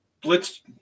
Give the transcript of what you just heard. blitz